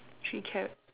three carrots